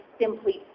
simply